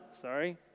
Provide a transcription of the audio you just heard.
sorry